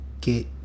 get